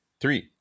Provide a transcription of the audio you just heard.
Three